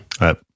right